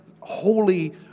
holy